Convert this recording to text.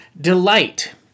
Delight